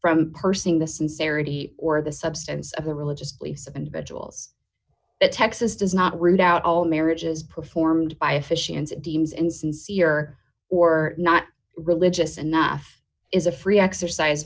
from pursing the sincerity or the substance of the religious beliefs of individuals texas does not root out all marriages performed by officiants deems insincere or not religious enough is a free exercise